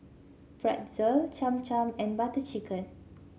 Pretzel Cham Cham and Butter Chicken